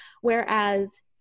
Whereas